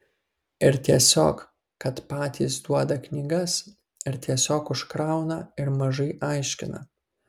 ir tiesiog kad patys duoda knygas ir tiesiog užkrauna ir mažai aiškina